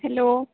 hello